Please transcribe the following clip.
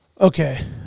Okay